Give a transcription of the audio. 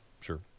Sure